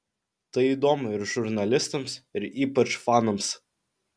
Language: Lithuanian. tai įdomu ir žurnalistams ir ypač fanams